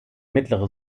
mittlere